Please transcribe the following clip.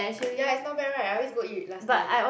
ya it's not bad [right] I always go eat last time